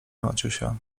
maciusia